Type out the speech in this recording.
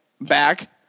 back